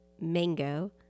mango